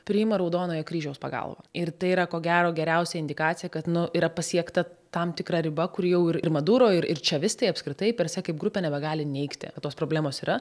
priima raudonojo kryžiaus pagalbą ir tai yra ko gero geriausia indikacija kad nu yra pasiekta tam tikra riba kur jau ir ir maduro ir ir čavistai apskritai per se kaip grupė nebegali neigti kad tos problemos yra